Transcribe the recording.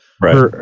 Right